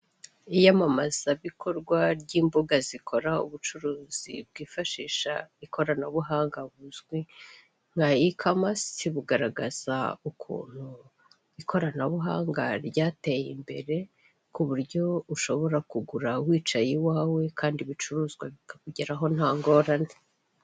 Iyamamazabikorwa ry'imbuga zikora ubucuruzi bwifashisha ikoranabuhanga buzwi nka e-commerce, bugaragaza ukuntu ikoranabuhanga ryateye imbere ku buryo ushobora kugura wicaye iwawe kandi ibicuruzwa bikakugeraho nta ngorane.